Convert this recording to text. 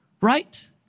right